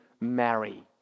marry